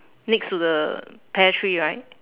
next to the pear tree right